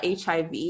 HIV